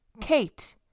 Kate